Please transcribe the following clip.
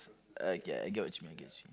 I get I get what you mean